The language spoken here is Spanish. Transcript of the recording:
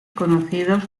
conocidos